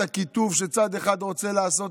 את הקיטוב שצד אחד רוצה לעשות,